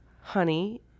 honey